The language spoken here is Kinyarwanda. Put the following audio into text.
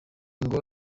ngo